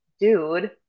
dude